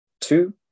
two